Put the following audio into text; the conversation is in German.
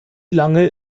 lange